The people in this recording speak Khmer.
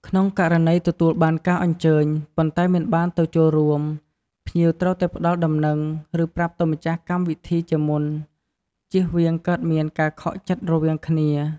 ក្នុងករណីទទួលបានការអញ្ជើញ ប៉ុន្តែមិនបានទៅចូលរួម ភ្ញៀងត្រូវតែផ្ដល់ដំណឹង ឬ ប្រាប់ទៅម្ចាស់កម្មវិធីជាមុន ជៀសវាង កើតមានការខកចិត្តរវាងគ្នា។